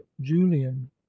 julian